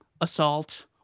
assault